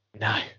No